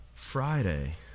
Friday